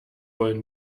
wollen